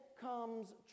comes